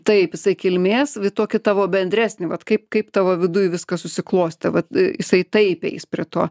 taip jisai kilmės vi tokį tavo bendresnį vat kaip kaip tavo viduj viskas susiklostė vat jisai taip eis prie to